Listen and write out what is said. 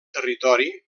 territori